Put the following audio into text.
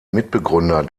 mitbegründer